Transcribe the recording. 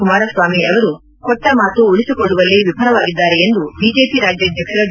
ಕುಮಾರ ಸ್ವಾಮಿ ಅವರು ಕೊಟ್ಟ ಮಾತು ಉಳಿಸಿಕೊಳ್ಳುವಲ್ಲಿ ವಿಫಲವಾಗಿದ್ದಾರೆ ಎಂದು ಬಿಜೆಪಿ ರಾಜ್ಯಾಧ್ಯಕ್ಷ ಬಿ